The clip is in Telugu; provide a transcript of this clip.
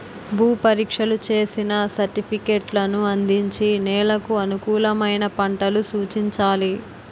భూ పరీక్షలు చేసిన సర్టిఫికేట్లను అందించి నెలకు అనుకూలమైన పంటలు సూచించాలి